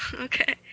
okay